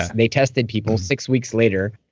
they tested people six weeks later,